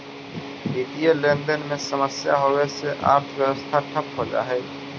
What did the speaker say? वित्तीय लेनदेन में समस्या होवे से अर्थव्यवस्था ठप हो जा हई